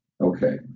Okay